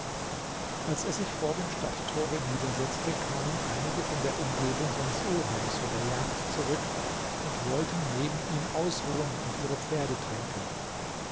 als er sich vor dem stadttore niedersetzte kamen einige von der umgebung seines oheims von der jagd zurück und wollten neben ihm ausruhen und ihre pferde tränken